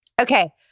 okay